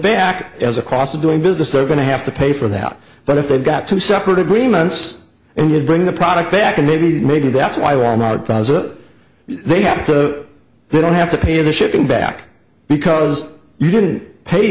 back as a cost of doing business they're going to have to pay for that but if they've got two separate agreements and you bring the product back and maybe maybe that's why wal mart does it they have to they don't have to pay the shipping back because you didn't pay